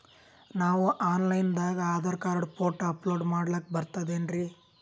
ನಾವು online ದಾಗ Aadhaar card, photo upload ಮಾಡ್ಲಕ ಬರ್ತದೇನ್ರಿ?